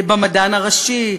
במדען הראשי,